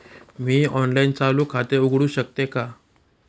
मी online चालू खाते उघडू शकते का?